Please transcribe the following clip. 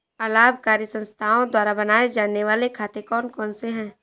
अलाभकारी संस्थाओं द्वारा बनाए जाने वाले खाते कौन कौनसे हैं?